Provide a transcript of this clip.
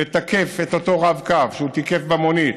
לתקף את אותו רב-קו שהוא תיקף במונית,